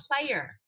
player